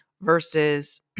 versus